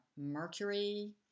mercury